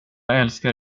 älskar